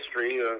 history